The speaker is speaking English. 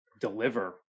deliver